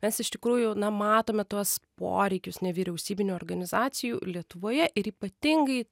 mes iš tikrųjų na matome tuos poreikius nevyriausybinių organizacijų lietuvoje ir ypatingai